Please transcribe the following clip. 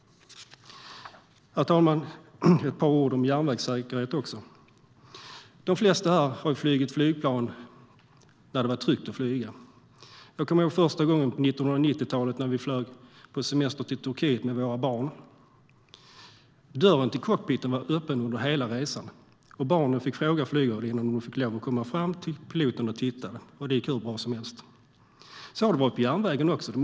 Herr talman! Jag ska säga några ord om järnvägssäkerhet. De flesta här har flugit flygplan då det har varit tryggt att flyga. Jag kommer ihåg när vi på 1990-talet för första gången flög på semester till Turkiet med våra barn. Dörren till cockpit var öppen under hela resan. Barnen frågade flygvärdinnan om de fick gå fram till piloten och titta, och det gick hur bra som helst. Så har det varit på tågen också.